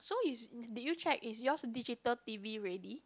so is did you check is yours digital T_V ready